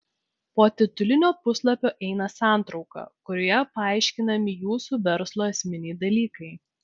po titulinio puslapio eina santrauka kurioje paaiškinami jūsų verslo esminiai dalykai